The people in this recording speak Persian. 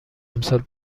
امسال